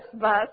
bus